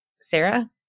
Sarah